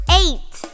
eight